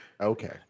okay